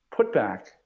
putback